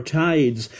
tides